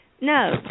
no